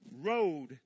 road